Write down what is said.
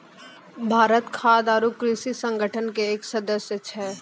भारत खाद्य आरो कृषि संगठन के एक सदस्य छै